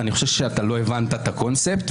אני חושב שלא הבנת את הקונספט,